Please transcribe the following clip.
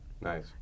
Nice